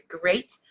great